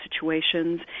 situations